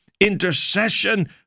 intercession